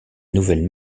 nouvelle